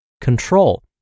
control